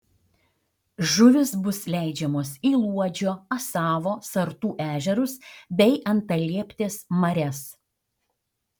žuvys bus leidžiamos į luodžio asavo sartų ežerus bei antalieptės marias